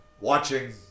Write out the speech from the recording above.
watching